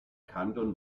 kanton